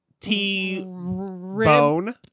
T-bone